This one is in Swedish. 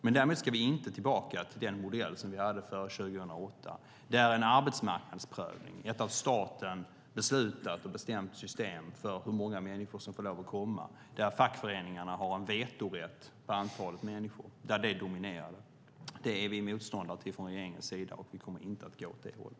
Vi ska inte tillbaka till den modell som vi hade före 2008 med en arbetsmarknadsprövning där staten beslutat och bestämt hur många människor som får komma och där fackföreningarna har en vetorätt för antalet människor. Det är regeringen motståndare till, och vi kommer inte att gå åt det hållet.